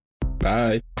Bye